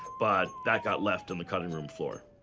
but that got left on the cutting room floor.